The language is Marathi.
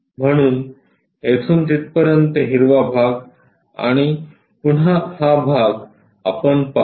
म्हणून येथून तिथपर्यंत हिरवा भाग आणि पुन्हा हा भाग आपण पाहू